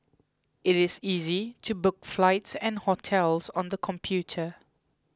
it is easy to book flights and hotels on the computer